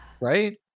Right